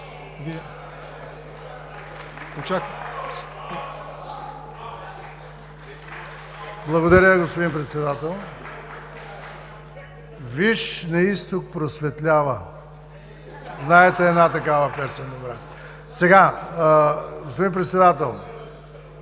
„Виж на изток просветлява“ – знаете една такава добра песен. Сега, господин Председател,